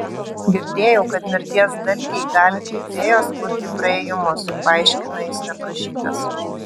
girdėjau kad mirties dalgiai gali kaip fėjos kurti praėjimus paaiškina jis neprašytas